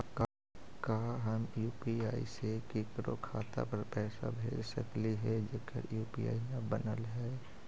का हम यु.पी.आई से केकरो खाता पर पैसा भेज सकली हे जेकर यु.पी.आई न बनल है?